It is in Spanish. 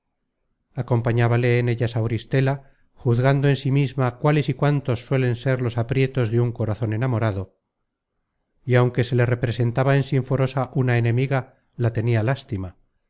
decia acompañábale en ellas auristela juzgando en sí misma cuáles y cuántos suelen ser los aprietos de un corazon enamorado y aunque se le representaba en sinforosa una enemiga la tenia lástima